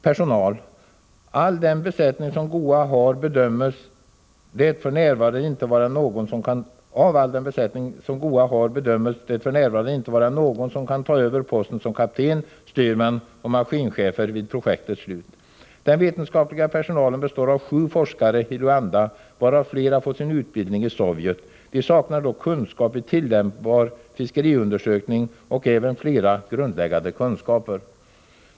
Personal Av all den besättning som GOA har bedöms det f. n. inte vara någon som kan ta över posten som kapten, styrman och maskinchef vid projektets slut. Den vetenskapliga personalen består av 7 forskare i Luanda varav flera fått sin utbildning i Sovjet. De saknar dock kunskap i tillämpbar fiskeriundersök ning och även flera grundläggande kunskaper.